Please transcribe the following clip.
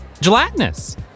gelatinous